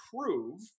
prove